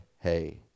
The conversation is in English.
hey